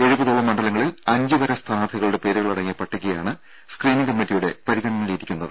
എഴുപതോളം മണ്ഡലങ്ങളിൽ അഞ്ചു വരെ സ്ഥാനാർത്ഥികളുടെ പേരുകൾ അടങ്ങിയ പട്ടികയാണ് സ്ക്രീനിംഗ് കമ്മിറ്റിയുടെ പരിഗണനയിൽ ഇരിക്കുന്നത്